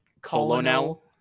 colonel